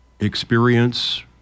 experience